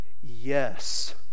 yes